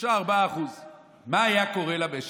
3% 4% מה היה קורה למשק?